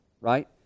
right